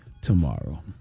tomorrow